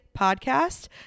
podcast